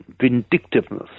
vindictiveness